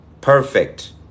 perfect